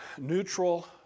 neutral